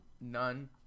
none